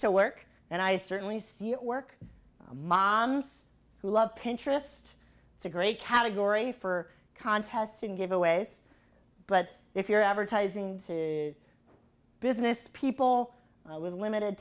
to work and i certainly see it work moms who love pinterest it's a great category for contests and giveaways but if you're advertising to business people with limited